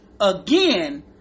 Again